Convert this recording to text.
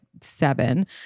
seven